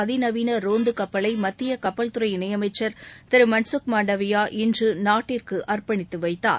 அதிநவீன ரோந்து கப்பலை மத்திய கப்பல்துறை இணை அமச்சள் திரு மன்சுக் மாண்டவியா இன்று நாட்டிற்கு அர்ப்பணித்து வைத்தார்